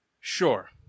Sure